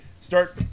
start